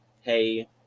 hey